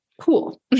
cool